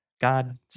God